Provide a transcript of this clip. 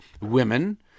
women